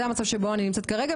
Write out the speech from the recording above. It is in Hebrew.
זה המצב שבו אני נמצאת כרגע,